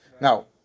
Now